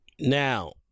Now